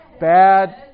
Bad